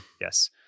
Yes